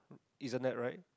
isn't that right